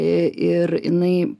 ir jinai